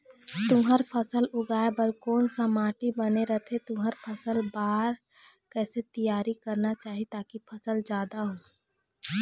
तुंहर फसल उगाए बार कोन सा माटी बने रथे तुंहर फसल बार कैसे तियारी करना चाही ताकि फसल जादा हो?